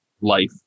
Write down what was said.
life